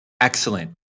excellent